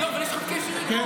לא, אבל יש לך קשר איתו?